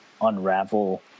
unravel